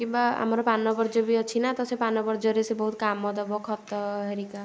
କିମ୍ବା ଆମର ପାନ ବର୍ଜ ବି ଅଛି ନା ତ ସେ ପାନ ବର୍ଜରେ ସେ ବହୁତ କାମ ଦେବ ଖତ ହେରିକା